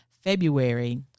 February